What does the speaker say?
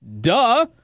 Duh